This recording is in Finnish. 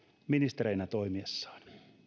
ministereinä toimiessaan